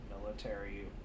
military